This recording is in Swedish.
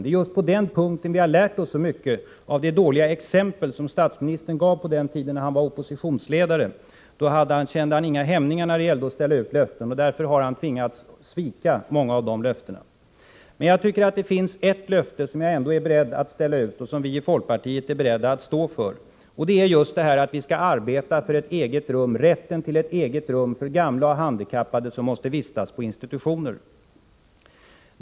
Det är just på denna punkt som vi har lärt oss så mycket av de dåliga exempel som statsministern gav på den tid då han var oppositionsledare. Han kände inga hämningar när det gällde att ställa ut löften. Därför har han också tvingats svika många av dessa löften. Jag tycker att det finns ett löfte som jag ändå är beredd att ställa ut och som vi i folkpartiet är beredda att stå för, och det är att vi skall arbeta för rätten till ett eget rum för gamla och handikappade som måste vistas på institutioner.